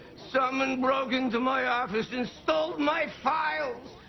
someone broke into my office and stole my files.